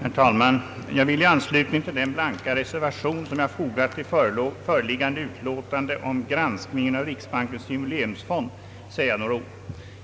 Herr talman! Jag vill i anslutning till den blanka reservation som jag fogat till föreliggande memorial om granskningen av riksbankens jubileumsfond säga några ord.